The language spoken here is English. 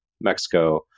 Mexico